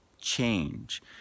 change